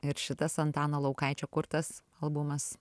ir šitas antano laukaičio kurtas albumas